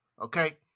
okay